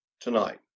tonight